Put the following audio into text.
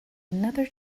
another